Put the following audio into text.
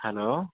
hello